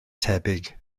tebyg